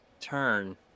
turn